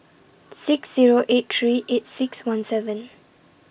six Zero eight three eight six one seven